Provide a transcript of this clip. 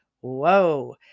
whoa